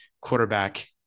quarterback